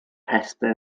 rhestr